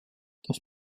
das